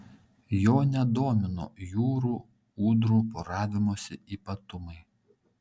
jo nedomino jūrų ūdrų poravimosi ypatumai